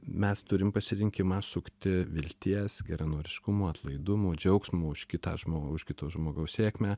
mes turim pasirinkimą sukti vilties geranoriškumo atlaidumo džiaugsmo už kitą žmo už kito žmogaus sėkmę